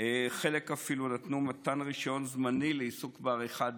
חלק אפילו נתנו רישיון זמני לעיסוק בעריכת